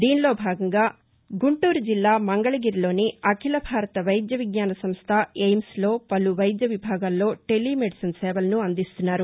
దీనిలో భాగంగా ఆంధ్రపదేశ్ గుంటూరు జిల్లా మంగళగిరిలోని అఖిల భారత్ వైద్య విజ్ఞాన సంస్ట ఎయిమ్స్లో పలు వైద్య విభాగాల్లో టెలీమెడిసిన్ సేవలను అందిస్తున్నారు